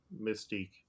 Mystique